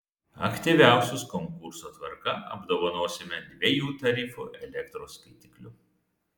aktyviausius konkurso tvarka apdovanosime dviejų tarifų elektros skaitikliu